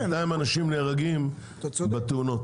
בינתיים אנשים נהרגים בתאונות,